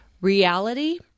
reality